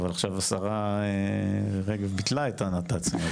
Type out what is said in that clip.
אבל עכשיו השרה רגב ביטלה את הנת"צים,